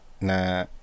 nah